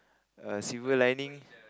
a silver lining